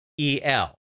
E-L